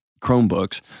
Chromebooks